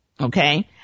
Okay